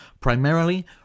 Primarily